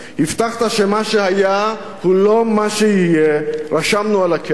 הבטחת שמה שהיה הוא לא מה שיהיה, רשמנו על הקרח.